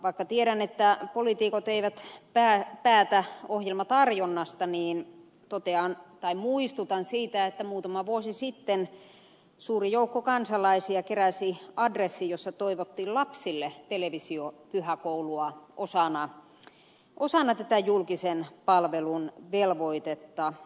vaikka tiedän että poliitikot eivät päätä ohjelmatarjonnasta niin muistutan siitä että muutama vuosi sitten suuri joukko kansalaisia keräsi adressin jossa toivottiin lapsille televisiopyhäkoulua osana tätä julkisen palvelun velvoitetta